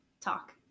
talk